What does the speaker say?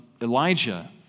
Elijah